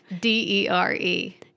D-E-R-E